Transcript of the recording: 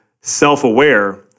self-aware